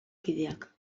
kideak